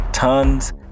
Tons